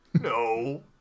No